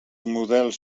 models